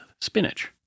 spinach